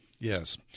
Yes